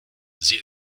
sie